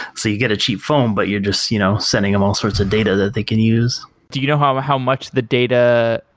so you get a cheap phone, but you're just you know sending them all sorts of data that they can use do you know how ah how much the data,